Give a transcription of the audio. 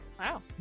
Wow